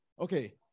okay